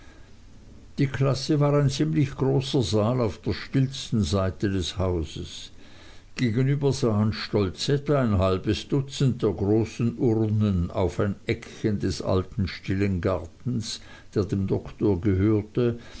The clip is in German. die klasse war ein ziemlich großer saal auf der stillsten seite des hauses gegenüber sahen stolz etwa ein halbes dutzend der großen urnen auf ein eckchen des alten stillen gartens der dem doktor gehörte